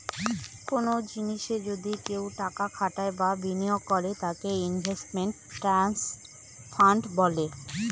কোনো জিনিসে যদি কেউ টাকা খাটায় বা বিনিয়োগ করে তাকে ইনভেস্টমেন্ট ট্রাস্ট ফান্ড বলে